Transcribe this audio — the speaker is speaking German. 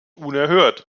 unerhört